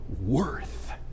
worth